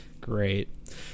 Great